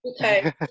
okay